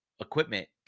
equipment